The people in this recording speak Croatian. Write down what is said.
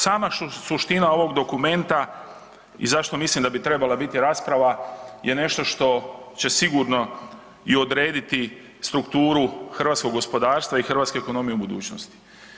Sama suština ovog dokumenta i zašto mislim da bi trebala biti rasprava je nešto što će sigurno i odrediti strukturu hrvatskog gospodarstva i hrvatske ekonomije u budućnosti.